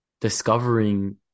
discovering